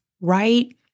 right